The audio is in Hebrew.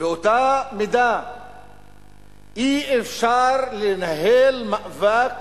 באותה מידה אי-אפשר לנהל מאבק